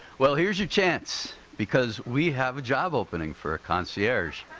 well, here's your chance because we have a job opening for a concierge.